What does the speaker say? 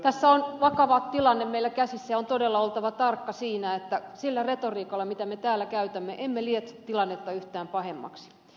tässä on vakava tilanne meillä käsissä ja on todella oltava tarkka siinä että sillä retoriikalla mitä me täällä käytämme emme lietso tilannetta yhtään pahemmaksi